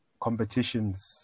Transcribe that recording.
competitions